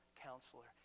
counselor